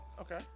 Okay